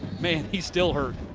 man, he's still hurt.